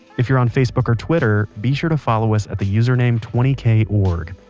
if you're on facebook or twitter, be sure to follow us at the username twenty k org.